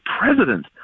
president